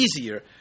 easier